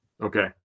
Okay